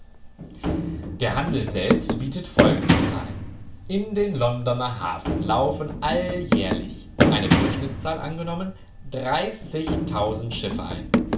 der handel selbst bietet folgende zahlen in den londoner hafen laufen alljährlich eine durchschnittszahl angenommen schiffe ein